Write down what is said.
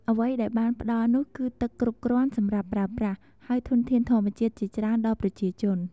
អ្វីដែលបានផ្តល់នោះគឺទឹកគ្រប់គ្រាន់សម្រាប់ប្រើប្រាស់ ហើយធនធានធម្មជាតិជាច្រើនដល់ប្រជាជន។